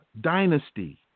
dynasty